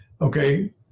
okay